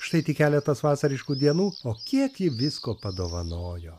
štai tik keletas vasariškų dienų o kiek ji visko padovanojo